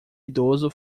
idoso